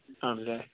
ആണ് അല്ലേ